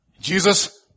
Jesus